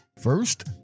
first